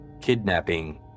kidnapping